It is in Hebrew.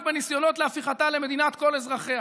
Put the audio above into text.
בניסיונות להפיכתה למדינת כל אזרחיה,